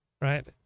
Right